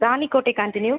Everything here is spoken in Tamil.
ராணிக்கோட்டை காண்டின்யூ